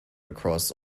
across